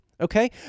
Okay